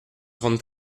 trente